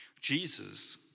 Jesus